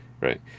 right